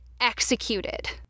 executed